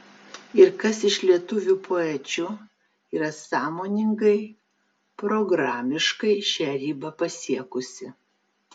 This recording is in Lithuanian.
ir kas iš lietuvių poečių yra sąmoningai programiškai šią ribą pasiekusi